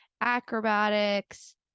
acrobatics